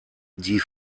die